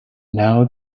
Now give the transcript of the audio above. now